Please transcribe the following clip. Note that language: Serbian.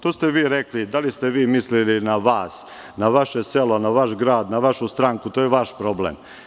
To ste vi rekli, a da li ste mislili na vas, na vaše selo, na vaš grad, na vašu stranku, to je vaš problem.